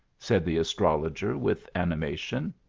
said the astrologer with animation.